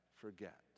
forget